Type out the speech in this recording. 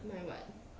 my what